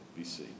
BC